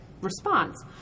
response